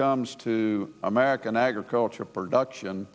comes to american agricultural production